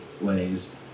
ways